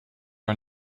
are